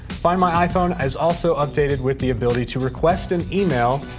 find my iphone is also updated with the ability to request an email,